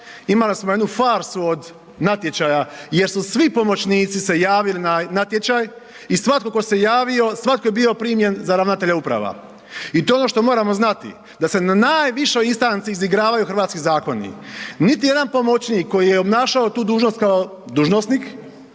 imali smo jednu farsu od natječaja jer su svi pomoćnici se javili na natječaj i svatko tko se javio, svatko je bio primljen za ravnatelja uprava. I to je ono što moramo znati, da se na najvišoj instanci izigravaju hrvatski zakoni. Niti jedan pomoćnik koji je obnašao tu dužnost kao dužnosnik